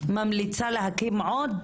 ממליצה להקים עוד